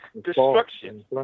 destruction